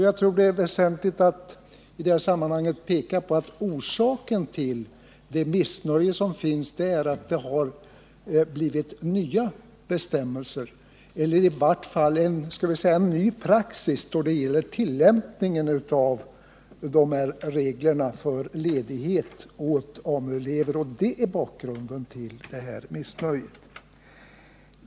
Jag tror det är väsentligt att i detta sammanhang peka på att orsaken till det missnöje som finns är att det har blivit nya bestämmelser, eller i varje fall en ny praxis i fråga om tillämpningen av dessa regler för ledighet för AMU-elever. Det är alltså bakgrunden till detta missnöje.